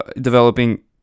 developing